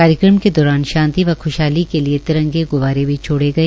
कार्यक्रम के दौरान शांति व ख्शहाली के लिए तिरंगे ग्रब्बारे भी छोड़े गए